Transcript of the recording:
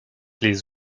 les